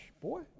boy